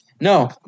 No